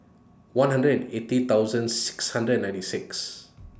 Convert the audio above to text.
one hundred and eighty thousand six hundred and ninety six